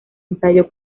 ensayo